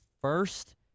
first